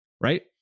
Right